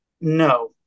No